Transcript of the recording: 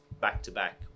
back-to-back